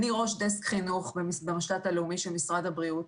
אני ראש דסק חינוך במשל"ט הלאומי של משרד הבריאות,